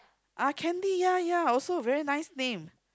uh candy ya ya also very nice name